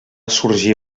sorgir